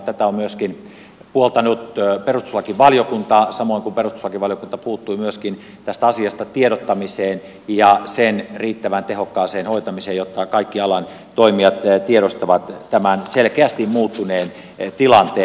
tätä on puoltanut myöskin perustuslakivaliokunta samoin kuin perustuslakivaliokunta puuttui myöskin tästä asiasta tiedottamiseen ja sen riittävän tehokkaaseen hoitamiseen jotta kaikki alan toimijat tiedostavat tämän selkeästi muuttuneen tilanteen